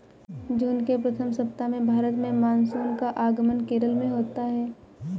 जून के प्रथम सप्ताह में भारत में मानसून का आगमन केरल में होता है